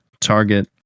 target